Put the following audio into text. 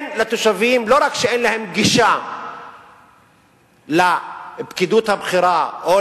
התושבים, לא רק שאין להם גישה לפקידות הבכירה או